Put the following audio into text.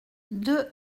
deux